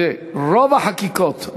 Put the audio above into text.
ורוב החקיקות,